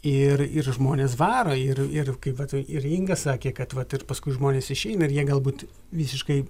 ir ir žmonės varo ir ir kaip vat ir ingą sakė kad vat ir paskui žmonės išeina ir jie galbūt visiškai